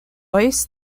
ice